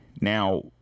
Now